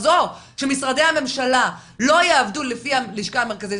אז או שמשרדי הממשלה לא יעבדו לפי הלשכה המרכזית